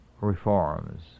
reforms